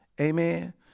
Amen